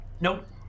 Nope